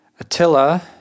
Attila